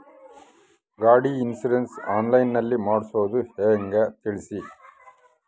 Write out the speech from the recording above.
ಗಾಡಿ insurance online ನಲ್ಲಿ ಮಾಡ್ಸೋದು ಹೆಂಗ ತಿಳಿಸಿ?